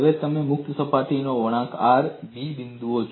હવે તમે મુક્ત સપાટી પર ક્યાંક B બિંદુ લો